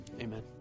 Amen